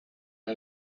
our